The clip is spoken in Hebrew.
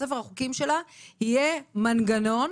בספר החוקים שלה יהיה מנגנון,